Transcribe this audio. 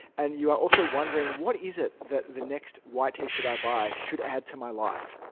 and you are also wondering, what is it that the next white t-shirt i buy should add to my life?